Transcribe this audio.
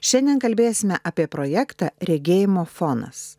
šiandien kalbėsime apie projektą regėjimo fonas